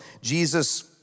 Jesus